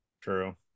True